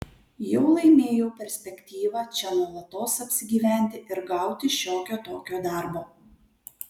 jau laimėjau perspektyvą čia nuolatos apsigyventi ir gauti šiokio tokio darbo